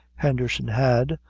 henderson had,